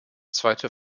zweite